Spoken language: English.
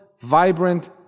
vibrant